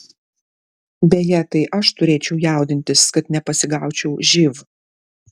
beje tai aš turėčiau jaudintis kad nepasigaučiau živ